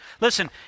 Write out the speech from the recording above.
Listen